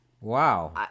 Wow